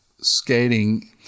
skating